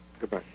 Goodbye